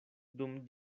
dum